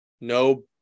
no